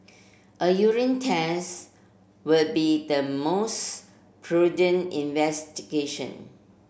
a urine test would be the most prudent investigation